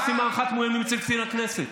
עושים הערכת מאוימים אצל קצין הכנסת.